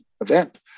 event